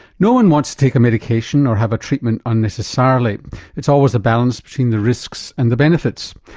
no-one wants to take a medication or have a treatment unnecessarily it's always a balance between the risks and the benefits.